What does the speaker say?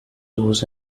was